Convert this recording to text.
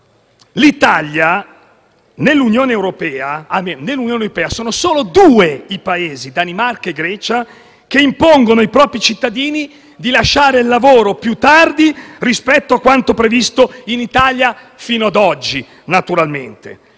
d'Europa. Nell'Unione europea infatti sono solo due i Paesi - Danimarca e Grecia - che impongono ai propri cittadini di lasciare il lavoro più tardi rispetto a quanto previsto in Italia fino ad oggi. Nel resto